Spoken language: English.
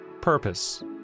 Purpose